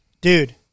Dude